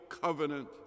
covenant